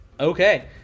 Okay